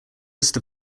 list